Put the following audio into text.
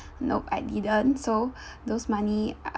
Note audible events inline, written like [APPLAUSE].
nope I didn't so those money [NOISE]